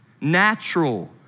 natural